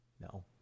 No